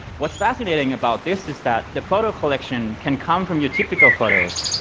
what's fascinating about this is that the photo collection can come from your typical photos.